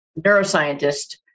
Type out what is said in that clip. neuroscientist